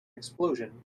explosion